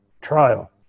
trial